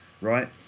right